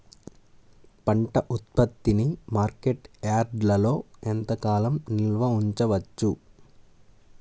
పంట ఉత్పత్తిని మార్కెట్ యార్డ్లలో ఎంతకాలం నిల్వ ఉంచవచ్చు?